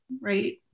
right